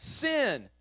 sin